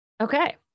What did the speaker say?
Okay